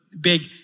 big